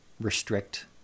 restrict